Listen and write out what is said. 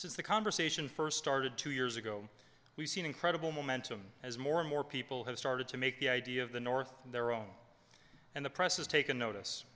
says the conversation first started two years ago we've seen incredible momentum as more and more people have started to make the idea of the north their own and the press has taken notice